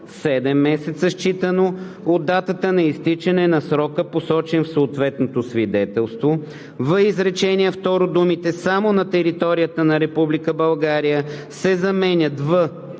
7 месеца, считано от датата на изтичане на срока, посочен в съответното свидетелство“, в изречение второ думите „само на територията на Република